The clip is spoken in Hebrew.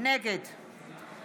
נגד יעקב מרגי,